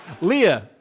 Leah